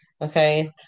Okay